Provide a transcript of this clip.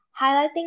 highlighting